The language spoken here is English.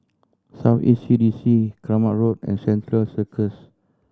South East C D C Keramat Road and Central Circus